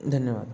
धन्यवाद